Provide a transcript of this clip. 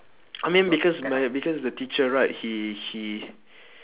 I mean because my because the teacher right he he